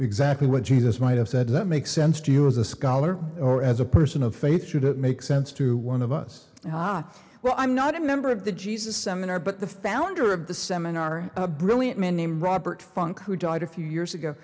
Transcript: exact day when jesus might have said that makes sense to you as a scholar or as a person of faith should it make sense to one of us ah well i'm not a member of the jesus seminar but the founder of the seminar a brilliant man named robert funk who died a few years ago